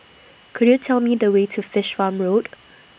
Could YOU Tell Me The Way to Fish Farm Road